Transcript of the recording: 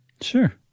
Sure